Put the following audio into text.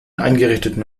eingerichteten